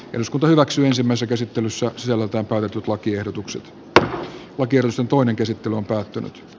eduskunta hyväksyi ensimmäisen käsittelyssä sisällöltään kaivetut lakiehdotukset pacers on toinen käsittely on päättynyt